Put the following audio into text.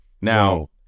Now